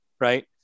Right